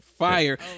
fire